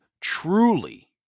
truly